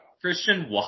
Christian